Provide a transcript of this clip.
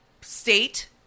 state